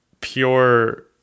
pure